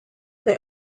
they